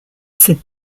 cette